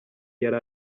yari